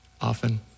often